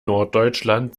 norddeutschland